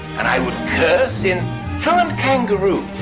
and i would curse in fluent kangaroo.